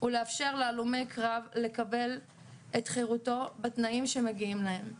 ולאפשר להלומי קרב לקבל את חירותו בתנאים שמגיעים להם.